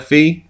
Fee